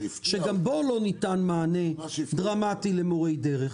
שגם בו לא ניתן מענה דרמטי למורי דרך.